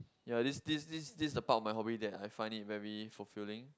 ya this this this is a part of my hobby that I find it very fulfilling